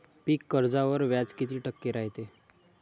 पीक कर्जावर व्याज किती टक्के रायते?